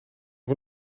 nog